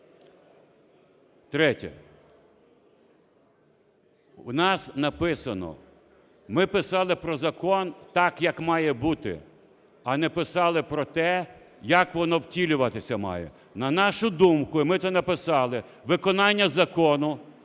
Третє. У нас написано, ми писали про закон так як має бути, а не писали про те, як воно втілюватися має. На нашу думку, і ми це написали, виконання закону